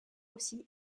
aussi